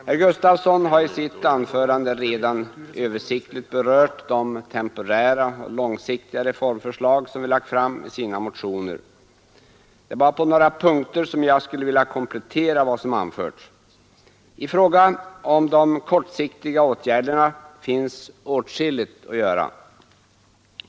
Herr Gustafson i Göteborg har i sitt anförande redan översiktligt berört de temporära och långsiktiga reformförslag folkpartiet lagt fram i sina motioner. Det är bara på några punkter som jag skulle vilja komplettera vad som anförts. I fråga om de kortsiktiga åtgärderna finns åtskilligt att göra.